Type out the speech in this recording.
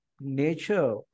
nature